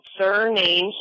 surname